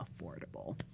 affordable